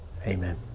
Amen